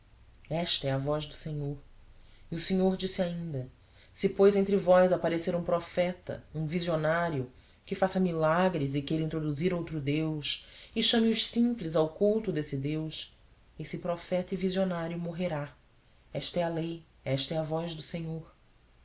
esta é a voz do senhor e o senhor disse ainda se pois entre vós aparecer um profeta um visionário que faça milagres e queira introduzir outro deus e chame os simples ao culto desse deus esse profeta e visionário morrerá esta é a lei esta é a voz do senhor